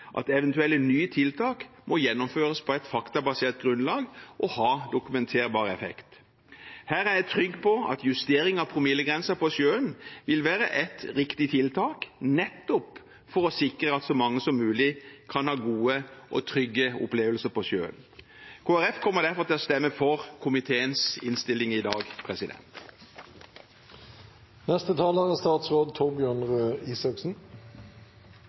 at eventuelle nye tiltak må gjennomføres på et faktabasert grunnlag og ha dokumenterbar effekt. Her er jeg trygg på at justering av promillegrensen på sjøen vil være et riktig tiltak nettopp for å sikre at så mange som mulig kan ha gode og trygge opplevelser på sjøen. Kristelig Folkeparti kommer derfor til å stemme for komiteens innstilling i dag.